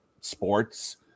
sports